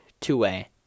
two-way